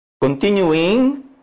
Continuing